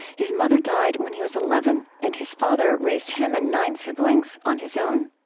his mother died when he was eleven, and his father raised him and nine siblings on his own